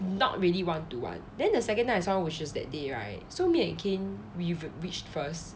not really want to [one] then the second time I saw her which is that day right so me again we've reached first